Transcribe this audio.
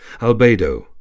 Albedo